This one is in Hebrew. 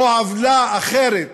או עוולה אחרת,